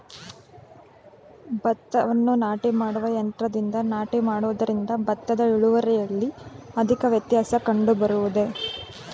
ಭತ್ತವನ್ನು ನಾಟಿ ಮಾಡುವ ಯಂತ್ರದಿಂದ ನಾಟಿ ಮಾಡುವುದರಿಂದ ಭತ್ತದ ಇಳುವರಿಯಲ್ಲಿ ಅಧಿಕ ವ್ಯತ್ಯಾಸ ಕಂಡುಬರುವುದೇ?